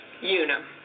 unum